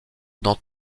dans